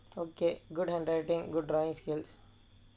okay good handwriting good drawing skills